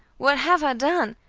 what have i done?